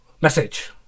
message